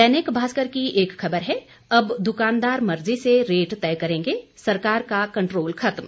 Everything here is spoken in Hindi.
दैनिक भास्कर की एक खबर है अब दुकानदार मर्जी से रेट तय करेंगे सरकार का कंट्रोल खत्म